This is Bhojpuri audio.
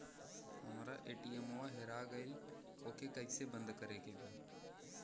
हमरा ए.टी.एम वा हेरा गइल ओ के के कैसे बंद करे के बा?